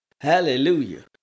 Hallelujah